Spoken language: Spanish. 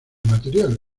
material